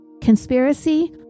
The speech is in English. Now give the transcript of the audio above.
conspiracy